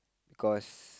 cause